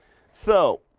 so,